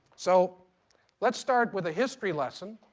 so let's start with a history lesson.